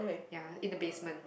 ya in the basement